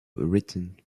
written